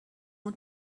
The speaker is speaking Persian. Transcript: اون